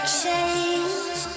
change